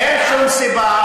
אין שום סיבה.